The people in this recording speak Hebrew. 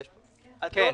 כן.